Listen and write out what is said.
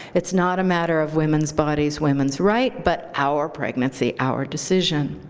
it's not a matter of women's bodies, women's right, but our pregnancy, our decision.